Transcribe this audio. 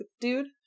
dude